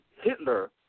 Hitler